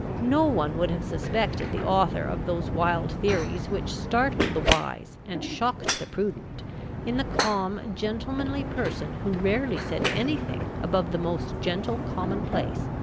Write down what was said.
no one would have suspected the author of those wild theories which startled the wise and shocked the prudent in the calm, gentlemanly person who rarely said anything above the most gentle commonplace,